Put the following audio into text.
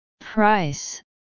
Price